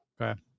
Okay